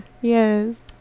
yes